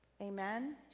Amen